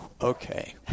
Okay